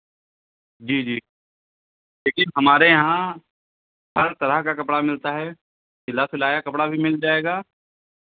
जी जी देखिये हमारे यहाँ हर तरह का कपड़ा मिलता है सिला सिलाया कपड़ा भी मिल जाएगा